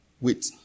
Wait